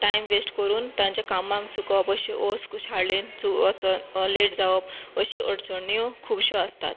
जाल्यार बी time waste करून तांच्या कामाक चुकोवप अशल्यो शाळेंत वचून लेट जावप अश्यो अडचण्यो खुबश्यो आसतात